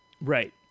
Right